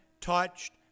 touched